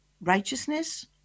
righteousness